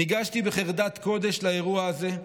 ניגשתי בחרדת קודש לאירוע הזה.